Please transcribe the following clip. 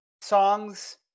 songs